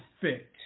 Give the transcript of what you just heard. fit